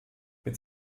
mit